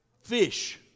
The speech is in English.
fish